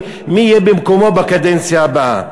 מי יהיה במקומו בקדנציה הבאה.